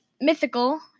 mythical